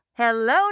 Hello